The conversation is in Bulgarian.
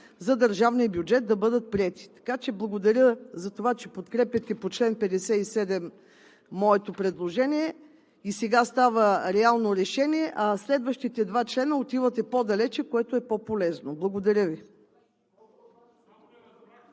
за държавния бюджет да бъдат приети. Благодаря за това, че подкрепяте моето предложение по чл. 57 и сега става реално решение, а следващите два члена отивате по-далеч, което е по-полезно. Благодаря Ви.